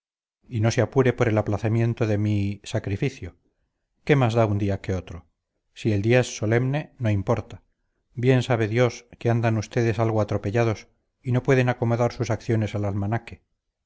y no se apure por el aplazamiento de mi sacrificio qué más da un día que otro si el día es solemne no importa bien sabe dios que andan ustedes algo atropellados y no pueden acomodar sus acciones al almanaque